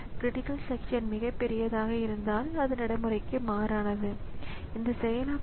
இது ஃபைலிலிருந்து ரீட் செய்ய அல்லது ஃபைலில் ரைட் செய்ய அல்லது ஃபைலை மூடுவதற்கு அனுமதிக்கிறது